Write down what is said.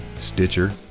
stitcher